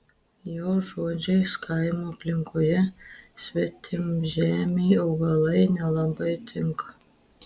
jo žodžiais kaimo aplinkoje svetimžemiai augalai nelabai tinka